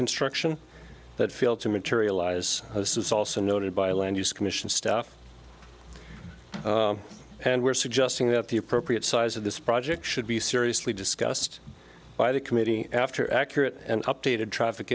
construction that failed to materialize this is also noted by land use commission staff and we're suggesting that the appropriate size of this project should be seriously discussed by the committee after accurate and updated traffic